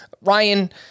Ryan